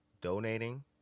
donating